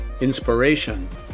inspiration